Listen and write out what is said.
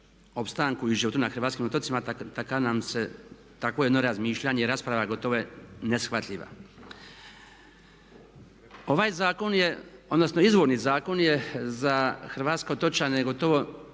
opstanku i životu na hrvatskim otocima takvo nam je jedno razmišljanje i rasprava gotovo neshvatljiva. Ovaj zakon je, odnosno izvorni zakon je, za hrvatske otočane gotovo